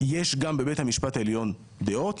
יש גם בבית המשפט העליון דעות,